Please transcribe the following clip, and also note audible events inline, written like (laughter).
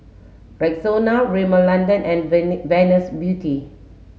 Rexona Rimmel London and (unintelligible) Venus Beauty